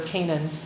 Canaan